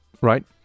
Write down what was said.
Right